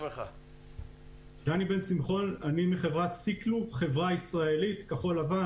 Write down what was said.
אני מחברת סיקלוק, חברה ישראלית כחול לבן.